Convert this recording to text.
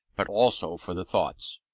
but also for the thoughts.